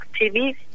TV